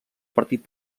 partit